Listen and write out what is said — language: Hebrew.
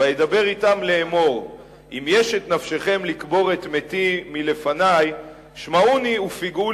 וידבר אתם לאמר אם יש את נפשכם לקבר את מתי מלפני שמעוני ופגעו